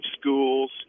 schools